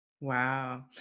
wow